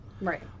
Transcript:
right